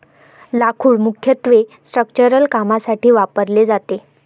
लाकूड मुख्यत्वे स्ट्रक्चरल कामांसाठी वापरले जाते